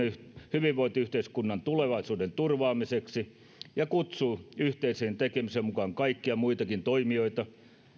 hyvinvointiyhteiskunnan tulevaisuuden turvaamiseksi ja kutsuu yhteiseen tekemiseen mukaan kaikkia muitakin toimijoita